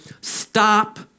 stop